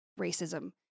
racism